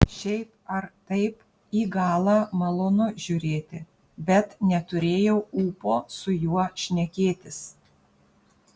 šiaip ar taip į galą malonu žiūrėti bet neturėjau ūpo su juo šnekėtis